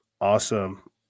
Awesome